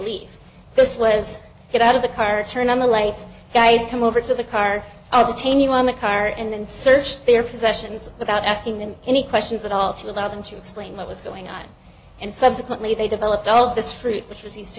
leave this was get out of the car turn on the lights guys come over to the car i'll chain you on the car and search their possessions without asking them any questions at all to allow them to explain what was going on and subsequently they developed all this fruit which was used to